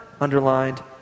underlined